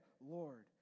Lord